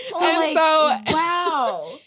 wow